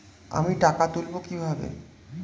আমি টাকা তুলবো কি ভাবে?